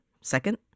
second